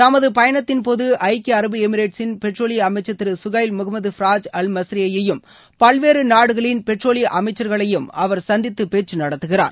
தமது பயணத்தின் போது ஐக்கிய அரபு எமிரேட்சின் பெட்ரோலிய அமைச்சர் திரு Suhail Mohamed Faraj Al Mazrouei யையும் பல்வேறு நாடுகளின் பெட்ரோலிய அமைச்சர்களையும் அவர் சந்தித்து பேச்சு நடத்துகிறார்